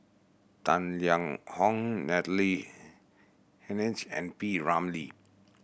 Tang Liang Hong Natalie Hennedige and P Ramlee